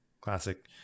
Classic